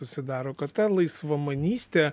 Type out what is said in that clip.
susidaro kad ta laisvamanystė